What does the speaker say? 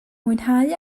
mwynhau